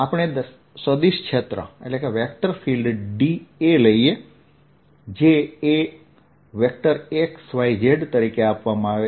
આપણે સદિશ ક્ષેત્ર aલઈએ જે A x y z તરીકે આપવામાં આવે છે